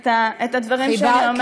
את הדברים שאני אומרת.